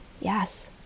Yes